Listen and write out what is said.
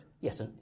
yes